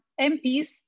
MPs